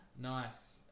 Nice